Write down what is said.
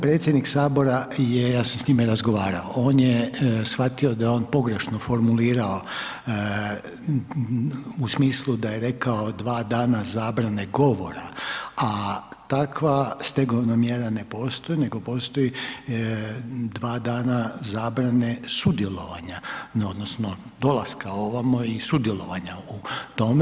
Predsjednik Sabora je, ja sam sa njime razgovarao, on je shvatio da je on pogrešno formulirao u smislu da je rekao dva dana zabrane govora a takva stegovna mjera ne postoji nego postoji dva dana zabrane sudjelovanja, odnosno dolaska ovamo i sudjelovanja u tome.